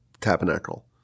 tabernacle